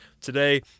today